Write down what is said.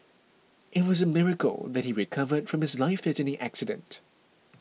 it was a miracle that he recovered from his life threatening accident